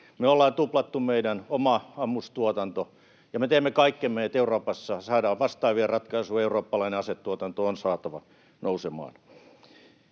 Me ollaan tuplattu meidän oma ammustuotanto, ja me teemme kaikkemme, että Euroopassa saadaan vastaavia ratkaisuja. Eurooppalainen asetuotanto on saatava nousemaan.